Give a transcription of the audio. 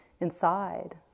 inside